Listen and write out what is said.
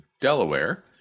Delaware